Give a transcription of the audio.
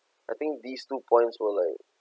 I think these two points were like